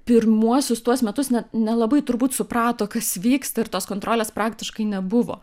pirmuosius tuos metus net nelabai turbūt suprato kas vyksta ir tos kontrolės praktiškai nebuvo